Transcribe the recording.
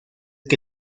que